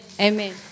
Amen